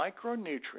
micronutrients